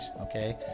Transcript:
okay